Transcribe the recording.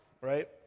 right